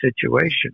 situation